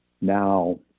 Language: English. Now